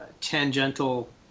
tangential